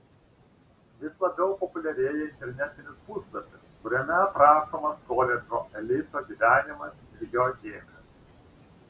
vis labiau populiarėja internetinis puslapis kuriame aprašomas koledžo elito gyvenimas ir jo dėmės